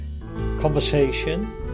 conversation